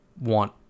want